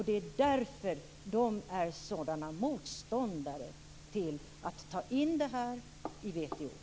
Det är därför de är sådana motståndare till att diskutera dessa frågor i